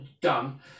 done